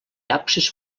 absis